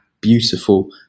beautiful